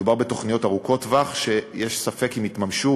מדובר בתוכניות ארוכות-טווח שיש ספק אם יתממשו,